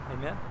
amen